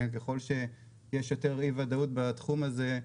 ככל שיש יותר אי ודאות בתחום הזה,